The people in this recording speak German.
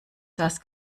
das